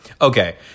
okay